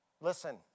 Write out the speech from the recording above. listen